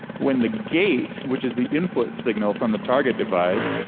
when the gate, which is the input signal from the target device,